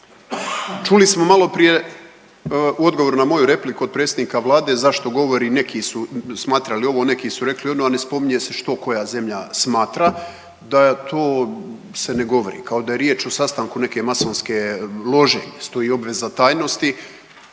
Čuli smo maloprije u odgovoru na moju repliku od predsjednika vlade zašto govori neki su smatrali ovo, neki su rekli ono, a ne spominje se što koja zemlja smatra da to se ne govori, kao da je riječ o sastanku neke masonske lože i stoji obveza tajnosti.